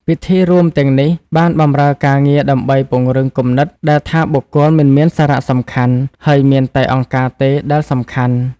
ពិធីរួមទាំងនេះបានបម្រើការងារដើម្បីពង្រឹងគំនិតដែលថាបុគ្គលមិនមានសារៈសំខាន់ ហើយមានតែអង្គការទេដែលសំខាន់។